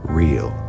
real